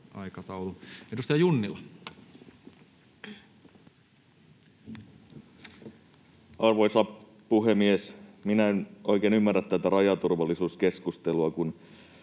15:05 Content: Arvoisa puhemies! Minä en oikein ymmärrä tätä rajaturvallisuuskeskustelua, kun